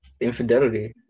infidelity